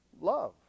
Love